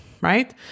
right